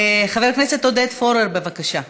חבר הכנסת עודד פורר, בבקשה,